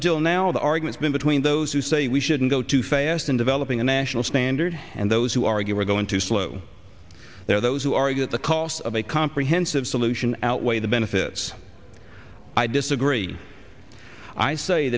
until now the arguments between those who say we shouldn't go too fast in developing a national standard and those who argue we're going to slow there are those who argue that the cost of a comprehensive solution outweigh the benefits i disagree i say